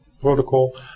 protocol